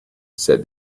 said